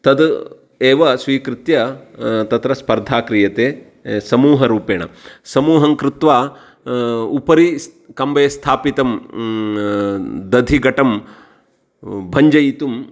तद् एव स्वीकृत्य तत्र स्पर्धा क्रियते समूहरूपेण समूहं कृत्वा उपरि सः कुम्भे स्थापितं दधिघटं भञ्जयितुम्